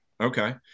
Okay